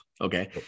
okay